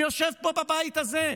שיושב פה, בבית הזה,